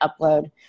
upload